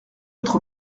autre